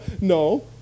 no